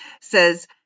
says